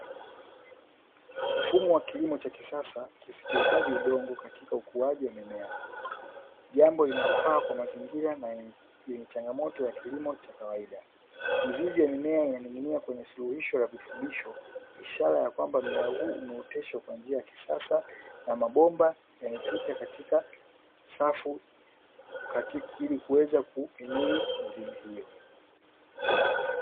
Mfumo wa kilimo cha kisasa kisichohitaji udongo katika ukuaji wa mimea. Jambo linalofaa kwa mazingira na yenye changamoto ya kilimo cha kawaida. Mizizi ya mimea inaning'inia kwenye suluhisho la virutubisho, ishara ya kwamba mmea huu umeoteshwa kwa njia ya kisasa, na mabomba yamepita katika safu ili kuweza kuhimili mizizi hiyo.